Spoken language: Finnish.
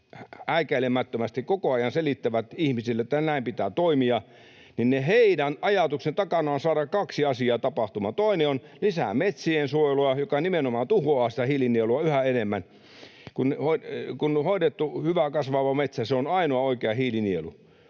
häikäilemättömästi koko ajan selittävät ihmisille, että näin pitää toimia. Heidän ajatustensa takana on saada kaksi asiaa tapahtumaan: toinen on lisätä metsiensuojelua, joka nimenomaan tuhoaa sitä hiilinielua yhä enemmän, sillä hoidettu, hyvin kasvava metsä on ainoa oikea hiilinielu.